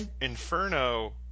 Inferno